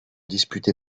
disputés